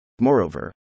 Moreover